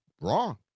wrong